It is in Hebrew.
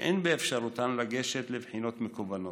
שאין באפשרותן לגשת לבחינות מקוונות.